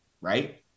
right